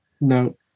No